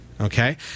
okay